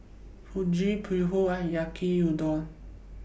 Fugu Pho and Yaki Udon